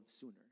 sooner